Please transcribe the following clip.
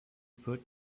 put